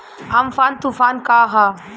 Amphan तुफान का ह?